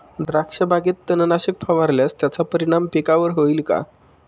द्राक्षबागेत तणनाशक फवारल्यास त्याचा परिणाम पिकावर होईल का?